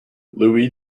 louise